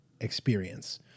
experience